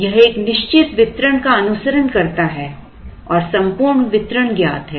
यह एक निश्चित वितरण का अनुसरण करता है और संपूर्ण वितरण ज्ञात है